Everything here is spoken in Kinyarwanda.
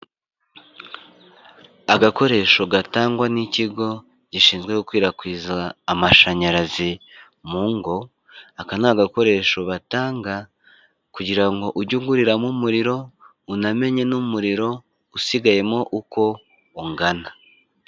Agakoresho gatangwa n'ikigo gishinzwe gukwirakwiza amashanyarazi mu ngo, aka ni agakoresho batanga kugira ngo ujye uguriramo umuriro, unamenye n'umuriro usigayemo uko ungana.